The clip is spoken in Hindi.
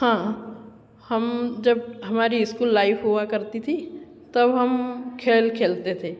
हाँ हम जब हमारी स्कूल लाइफ हुआ करती थी तब हम खेल खेलते थे